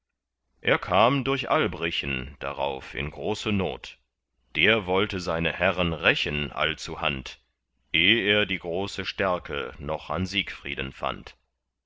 er kam durch albrichen darauf in große not der wollte seine herren rächen allzuhand eh er die große stärke noch an siegfrieden fand